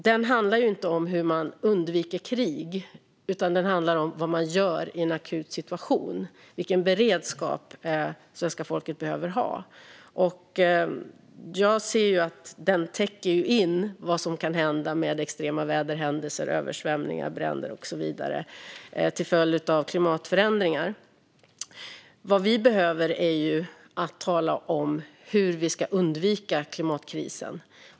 Den handlar ju inte om hur man undviker krig utan om vad man gör i en akut situation och vilken beredskap svenska folket behöver ha. Jag tycker att den täcker in vad som kan hända vid extrema väderhändelser, översvämningar, bränder och så vidare till följd av klimatförändringar. Vad vi behöver göra är att tala om hur vi ska undvika klimatkrisen.